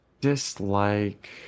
dislike